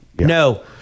No